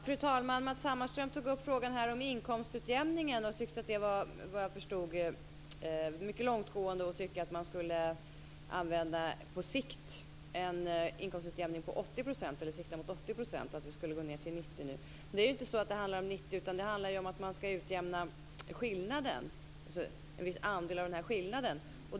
Fru talman! Matz Hammarström tyckte att inkomstutjämningen var långtgående och att man på sikt skall sikta mot 80 %. Nu skall vi gå ned till 90 %. Men nu handlar det inte om 90 % utan det handlar om att utjämna en andel av skillnaden.